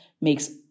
makes